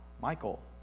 Michael